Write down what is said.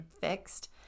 fixed